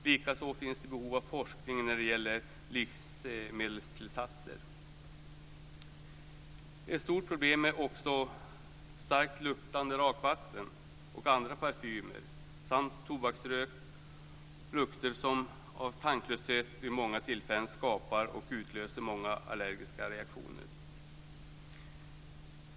Likaså finns behov av forskning när det gäller livsmedelstillsatser. Ett stort problem är också starkt luktande rakvatten och andra parfymer samt tobaksrök, lukter som genom tanklöshet vid flera tillfällen skapar och utlöser många allergiska reaktioner.